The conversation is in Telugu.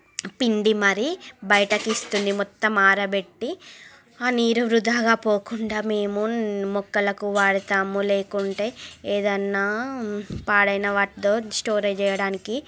పిండి మరి బయటకి ఇస్తుంది మొత్తం ఆరబెట్టి ఆ నీరు వృధాగా పోకుండా మేము మొక్కలకు వాడతాము లేకుంటే ఏదన్నా పాడైన వాటితో స్టోరేజ్ చేయడానికి